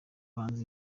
bahinzi